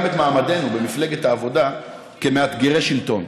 את מעמדנו במפלגת העבודה כמאתגרי שלטון.